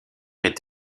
est